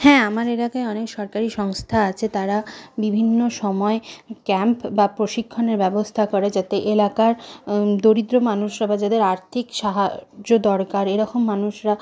হ্যাঁ আমার এলাকায় অনেক সরকারি সংস্থা আছে তারা বিভিন্ন সময়ে ক্যাম্প বা প্রশিক্ষণের ব্যবস্থা করে যাতে এলাকার দরিদ্র মানুষরা বা যাদের আর্থিক সাহায্য দরকার এরকম মানুষরা